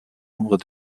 nombre